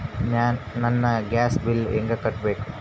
ನನ್ನ gas bill ಹೆಂಗ ಕಟ್ಟಬೇಕು?